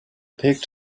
picked